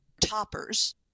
toppers